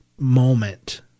moment